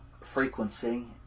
frequency